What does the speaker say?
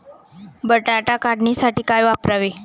बटाटा काढणीसाठी काय वापरावे?